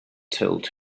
told